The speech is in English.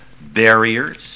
barriers